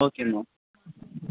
okay ma'am